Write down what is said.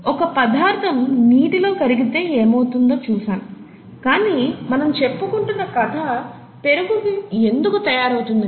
ఒక పదార్ధం నీటిలో కరిగితే ఏమవుతుందో చూసాముకానీ మనము చెప్పుకుంటున్న కథ పెరుగు ఎందుకు తయారవుతుంది అని